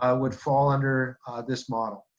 ah would fall under this model.